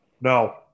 No